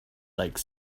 like